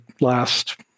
last